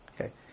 Okay